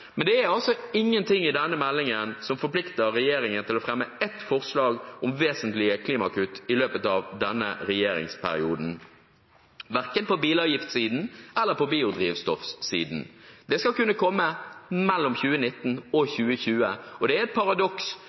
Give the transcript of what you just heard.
Det er ingenting i denne meldingen som forplikter regjeringen til å fremme ett forslag om vesentlige klimakutt i løpet av denne regjeringsperioden, verken på bilavgiftsiden eller på biodrivstoffsiden – det skal kunne komme mellom 2019 og 2020. Det er et paradoks